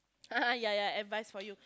ha ha ya ya advice for you